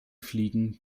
fliegen